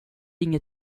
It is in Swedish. inget